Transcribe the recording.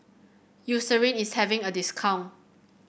Eucerin is having a discount